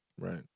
Right